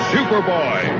Superboy